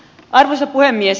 arvoisa puhemies